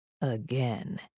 Again